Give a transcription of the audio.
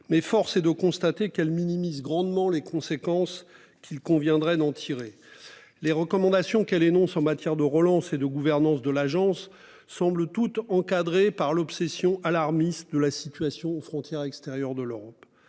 Mais force est de constater qu'elle minimise grandement les conséquences qu'il conviendrait d'en tirer. Les recommandations qu'elle énonce en matière de relance et de gouvernance de l'Agence semblent toutes encadrées par l'obsession alarmiste de la situation aux frontières extérieures de l'Europe.